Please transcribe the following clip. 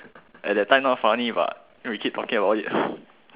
at that time not funny but we keep talking about it